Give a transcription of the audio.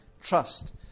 trust